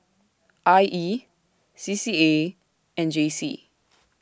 I E C C A and J C